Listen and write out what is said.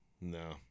no